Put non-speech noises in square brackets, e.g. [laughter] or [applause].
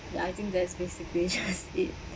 ya I think that's basically just [laughs] it